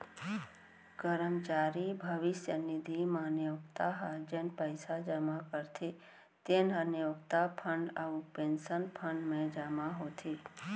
करमचारी भविस्य निधि म नियोक्ता ह जेन पइसा जमा करथे तेन ह नियोक्ता फंड अउ पेंसन फंड म जमा होथे